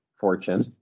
fortune